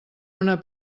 una